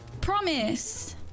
Promise